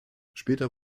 später